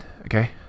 okay